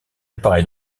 apparaît